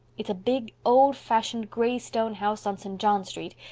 it's a big, old-fashioned, gray stone house on st. john street,